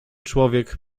człowiek